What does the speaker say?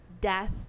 death